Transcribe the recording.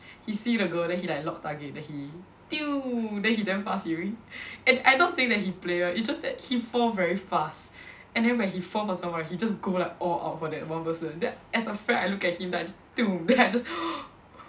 he see the girl then he like lock target then he then he damn fast and I not saying that he player it's just that he fall very fast and then when he fall for someone he just go like all out for that one person then as a friend I look at him like just then I just